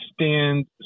stand